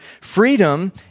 Freedom